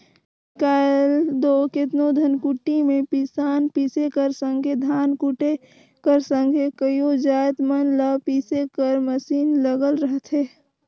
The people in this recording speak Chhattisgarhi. आएज काएल दो केतनो धनकुट्टी में पिसान पीसे कर संघे धान कूटे कर संघे कइयो जाएत मन ल पीसे कर मसीन लगल रहथे